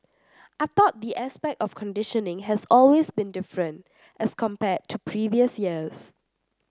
I thought the aspect of conditioning has always been different as compared to previous years